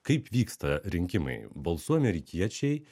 kaip vyksta rinkimai balsuoja amerikiečiai